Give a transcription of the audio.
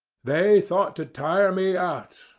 they thought to tire me out,